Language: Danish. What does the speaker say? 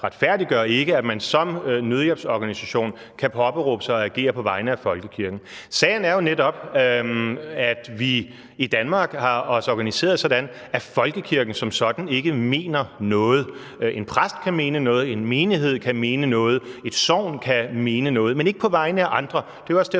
retfærdiggør ikke, at man som nødhjælpsorganisation kan påberåbe sig at agere på vegne af folkekirken. Sagen er jo netop, at vi i Danmark har organiseret os sådan, at folkekirken som sådan ikke mener noget. En præst kan mene noget, en menighed kan mene noget, et sogn kan mene noget, men ikke på vegne af andre. Det er jo også derfor,